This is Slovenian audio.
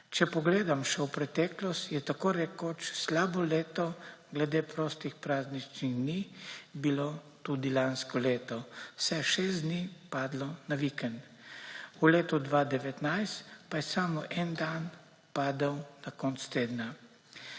Če pogledam še v preteklost, je tako rekoč slabo leto glede prostih prazničnih dni bilo tudi lansko leto, saj je 6 dni padlo na vikend. V letu 2019 pa je samo en dan padel na konec tedna.